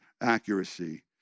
accuracy